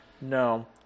No